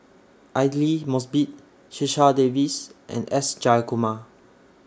Aidli Mosbit Checha Davies and S Jayakumar